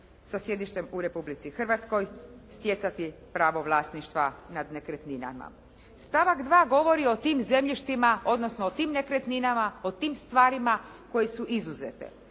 sa sjedištem u Republici Hrvatskoj stjecati pravo vlasništva nad nekretninama. Stavak 2. govori o tim zemljištima, odnosno o tim nekretninama, o tim stvarima koji su izuzete,